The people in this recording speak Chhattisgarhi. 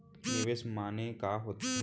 निवेश माने का होथे?